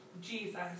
Jesus